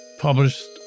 published